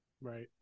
Right